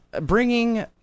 bringing